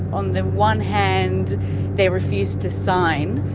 on the one hand they refused to sign,